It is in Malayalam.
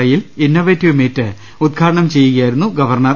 ഐയിൽ ഇന്നൊവേറ്റീവ് മീറ്റ് ഉദ്ഘാടനം ചെയ്യുകയായിരുന്നു ഗവർണർ